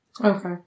Okay